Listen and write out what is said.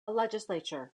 legislature